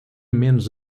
menos